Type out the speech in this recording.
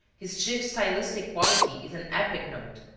his chief stylistic quality is an epic note,